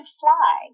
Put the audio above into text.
fly